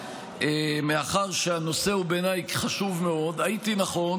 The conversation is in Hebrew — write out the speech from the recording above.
מאחר שהנושא חשוב מאוד בעיניי הייתי נכון